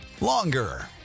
longer